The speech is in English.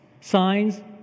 Signs